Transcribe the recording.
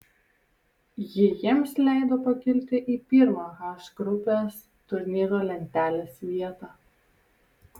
ji jiems leido pakilti į pirmą h grupės turnyro lentelės vietą